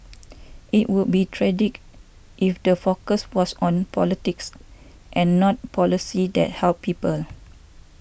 it would be tragic if the focus was on politics and not policies that help people